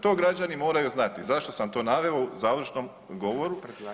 To građani moraju znati, zašto sam to naveo u završnom govoru?